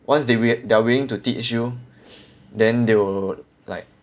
once they wi~ they're willing to teach you then they will like